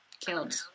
killed